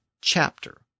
chapter